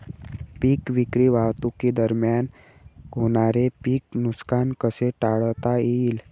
पीक विक्री वाहतुकीदरम्यान होणारे पीक नुकसान कसे टाळता येईल?